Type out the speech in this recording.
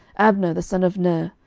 abner the son of ner,